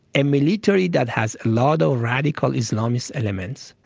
a military that has a lot of radical islamist elements.